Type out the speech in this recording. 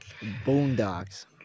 Boondocks